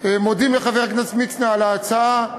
מודים לחבר הכנסת מצנע על ההצעה,